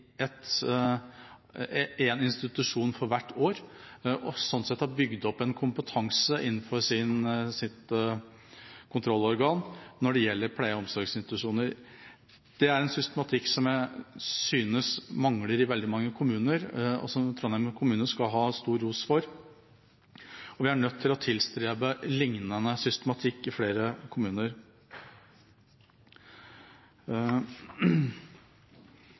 institusjon hvert år og har sånn sett bygd opp kompetanse innenfor sitt kontrollorgan når det gjelder pleie- og omsorgsinstitusjoner. Det er en systematikk som jeg synes mangler i veldig mange kommuner, og som Trondheim kommune skal ha stor ros for. Vi er nødt til å tilstrebe liknende systematikk i flere kommuner.